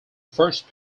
first